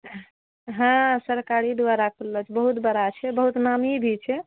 हँ सरकारे द्वारा खुलले छै बहुत बड़ा छै बहुत नामी भी छै